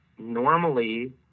Normally